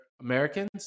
Americans